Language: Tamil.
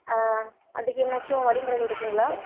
ஆ அதுக்கு ஏதுனாச்சும் வழிமுறைகள் இருக்குதுங்களா